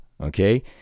okay